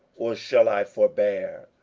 or shall i forbear?